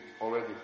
already